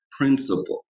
principle